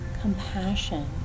compassion